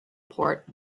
port